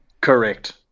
Correct